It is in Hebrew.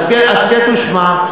הסכת ושמע.